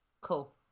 Cool